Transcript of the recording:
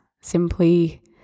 simply